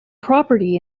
property